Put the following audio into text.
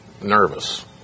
nervous